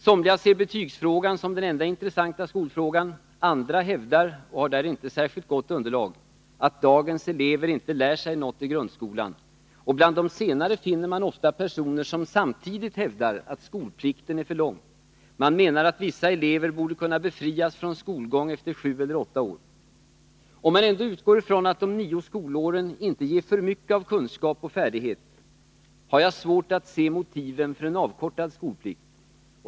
Somliga ser betygsfrågan som den enda intressanta skolfrågan, och andra hävdar, men utan att ha särskilt gott underlag, att dagens elever inte lär sig något i grundskolan. Bland de senare finner man ofta personer som samtidigt hävdar att skolplikten är för lång. Man menar att vissa elever borde kunna befrias från skolgång efter sju eller åtta år. Om man ändå utgår från att de nio skolåren inte ger för mycket av kunskap och färdighet, har jag svårt att se motiven för en avkortad skolplikt.